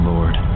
Lord